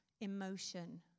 emotion